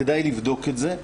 כדאי לבדוק את זה.